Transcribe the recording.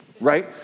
right